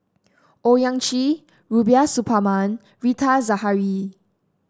Owyang Chi Rubiah Suparman Rita Zahara